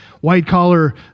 white-collar